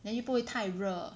then 又不会太热